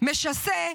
משסה,